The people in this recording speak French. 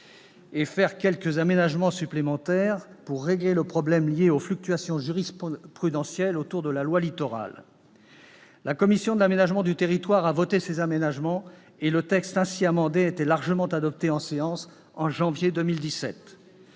et apporter quelques aménagements supplémentaires pour régler les problèmes liés aux fluctuations jurisprudentielles autour de la loi Littoral. La commission de l'aménagement du territoire a voté ces aménagements et le texte ainsi amendé était largement adopté en séance en janvier 2017.